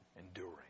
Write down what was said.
enduring